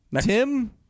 Tim